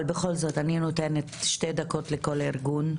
אבל בכל זאת אני נותנת שתי דקות לכל ארגון,